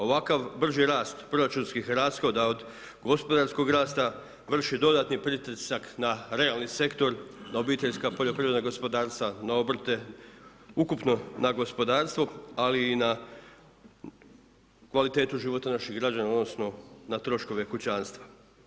Ovakav brži rast proračunskih rashoda od gospodarskog rasta vrši dodatni pritisak na realni sektor na obiteljska poljoprivredna gospodarstva, na obrte, ukupno na gospodarstvo, ali i na kvalitetu života naših građana odnosno na troškove kućanstva.